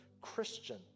Christian